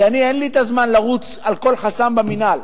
כי אין לי הזמן לרוץ על כל חסם במינהל,